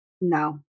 no